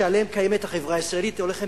שעליהם קיימת החברה הישראלית, הולכים